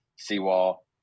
seawall